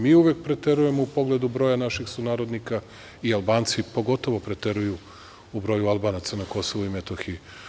Mi uvek preterujemo u pogledu broja naših sunarodnika i Albanci pogotovo preteruju u broju Albanaca na Kosovu i Metohiji.